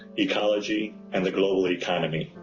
ecology and the global economy.